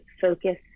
focus